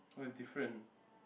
oh it's different